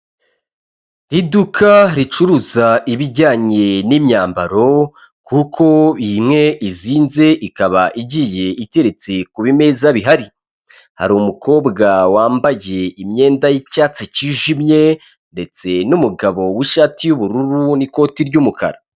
Iduka ricuruza ibijyanye n'imyambaro kuko izinze ikaba igiye igeretse ku bimeza bihari, hari umukobwa wambaye imyenda y'icyatsi cyijimye ndetse n'umugabo w'ishati y'ubururu n'ikoti ry'umukara.